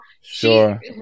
Sure